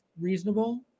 reasonable